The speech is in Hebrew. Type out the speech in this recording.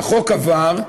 החוק עבר,